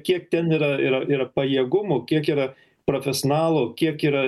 kiek ten yra yra yra pajėgumų kiek yra profesionalų kiek yra